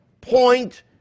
point